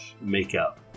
makeup